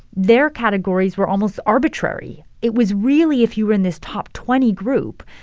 their categories were almost arbitrary. it was really if you were in this top twenty group,